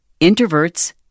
Introverts